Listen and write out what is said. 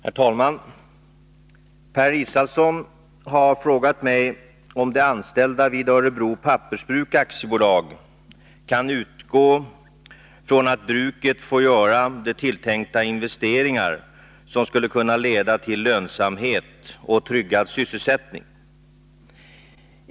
Herr talman! Per Israelsson har frågat mig om de anställda vid Örebro Pappersbruk AB kan utgå från att bruket får göra de tilltänkta investeringar som skulle kunna leda till lönsamhet och tryggad sysselsättning.